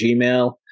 Gmail